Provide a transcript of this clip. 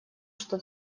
что